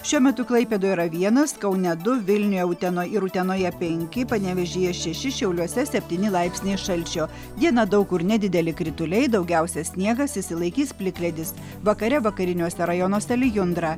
šiuo metu klaipėdoj yra vienas kaune du vilniuje uten ir utenoje penki panevėžyje šeši šiauliuose septyni laipsniai šalčio dieną daug kur nedideli krituliai daugiausia sniegas išsilaikys plikledis vakare vakariniuose rajonuose lijundra